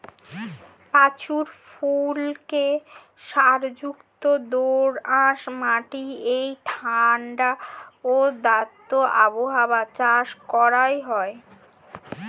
পাঁচু ফুলকে সারযুক্ত দোআঁশ মাটি এবং ঠাণ্ডা ও আর্দ্র আবহাওয়ায় চাষ করা হয়